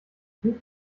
three